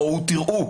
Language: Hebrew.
בואו תראו,